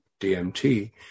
DMT